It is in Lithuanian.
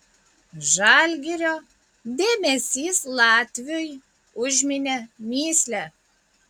žalgirio dėmesys latviui užminė mįslę